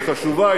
היא חשובה,